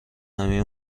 همه